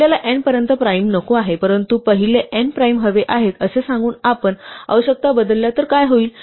आपल्याला n पर्यंत prime नको आहे परंतु पहिले n प्राईम हवे आहेत असे सांगून आपण आवश्यकता बदलल्या तर काय होईल